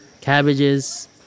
cabbages